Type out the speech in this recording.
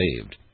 saved